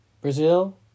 Brazil